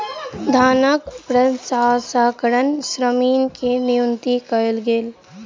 धानक प्रसंस्करणक श्रमिक के नियुक्ति कयल गेल